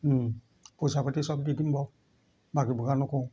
পইচা পাতি চব দি দিম বাৰু বাকী বোকা নকৰোঁ